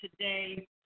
today